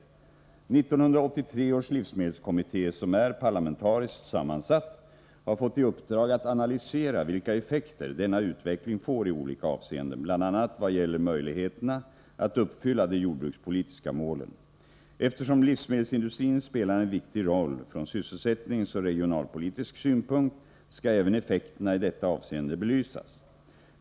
1983 års livsmedelskommitté, som är parlamentariskt sammansatt, har fått i uppdrag att analysera vilka effekter denna utveckling får i olika avseenden, bl.a. vad gäller möjligheterna att uppfylla de jordbrukspolitiska målen. Eftersom livsmedelsindustrin spelar en viktig roll från sysselsättningsoch reginalpolitisk synpunkt, skall även effekterna i detta avseende belysas.